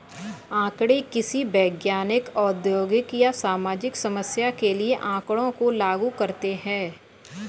आंकड़े किसी वैज्ञानिक, औद्योगिक या सामाजिक समस्या के लिए आँकड़ों को लागू करते है